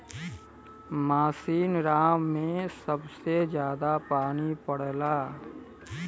मासिनराम में सबसे जादा पानी पड़ला